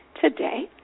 today